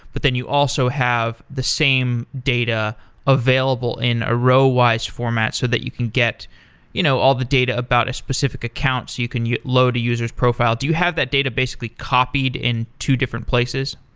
but then you also have the same data available in a row-wise format so that you can get you know all the data about a specific account so you can load a user s profile. do you have that data basically copied in two different places?